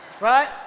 right